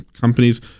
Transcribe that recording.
companies